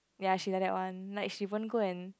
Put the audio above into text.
ya she like that one like she won't go and